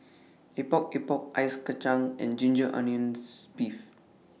Epok Epok Ice Kacang and Ginger Onions Beef